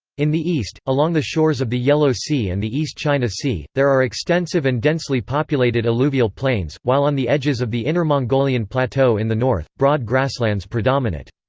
in the east, along the shores of the yellow sea and the east china sea, there are extensive and densely populated alluvial plains, while on the edges of the inner mongolian plateau in the north, broad grasslands predominate.